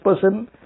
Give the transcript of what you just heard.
person